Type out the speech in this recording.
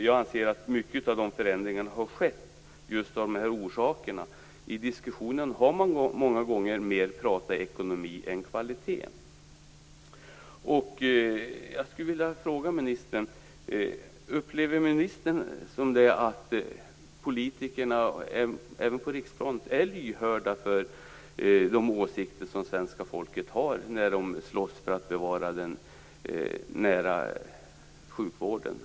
Jag anser att mycket av förändringarna har skett just av de här orsakerna. I diskussionen har man många gånger mer pratat ekonomi än om kvalitet. Jag skulle vilja fråga ministern: Upplever ministern att politikerna, även på riksplanet, är lyhörda för de åsikter som svenska folket har när man slåss för att bevara den nära sjukvården?